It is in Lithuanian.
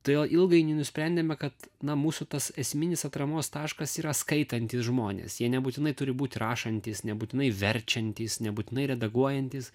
todėl ilgainiui nusprendėme kad na mūsų tas esminis atramos taškas yra skaitantys žmonės jie nebūtinai turi būti rašantys nebūtinai verčiantys nebūtinai redaguojantys